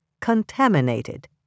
contaminated